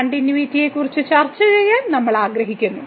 കണ്ടിന്യൂയിറ്റിയെക്കുറിച്ച് ചർച്ചചെയ്യാൻ നമ്മൾ ആഗ്രഹിക്കുന്നു